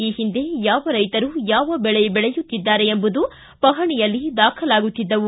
ಈ ಓಂದೆ ಯಾವ ರೈತರು ಯಾವ ಬೆಳೆ ಬೆಳೆಯುತ್ತಿದ್ದಾರೆ ಎಂಬುದು ಪಪಣಿಯಲ್ಲಿ ದಾಖಲಾಗುತ್ತಿದ್ದವು